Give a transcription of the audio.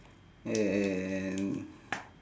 and